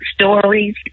stories